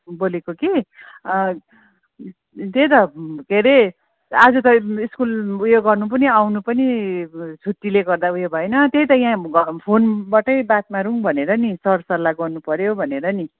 बोलेको कि त्यही त के हरे आज त स्कुल उयो गर्नु पनि आउनु पनि छुट्टीले गर्दा उयो भएन त्यही त यहाँ फोनबाटै बात मारौँ भनेर नि सर सल्लाह गर्नु पऱ्यो भनेर नि